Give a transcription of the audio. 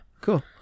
Cool